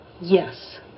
Yes